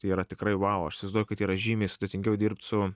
yra tikrai vau aš įsivaizduoju kad yra žymiai sudėtingiau dirbt su